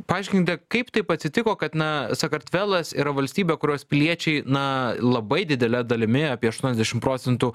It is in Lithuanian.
paaiškinkite kaip taip atsitiko kad na sakartvelas yra valstybė kurios piliečiai na labai didele dalimi apie aštuoniasdešimt procentų